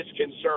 concern